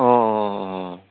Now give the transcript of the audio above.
অঁ অঁ অঁ